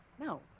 No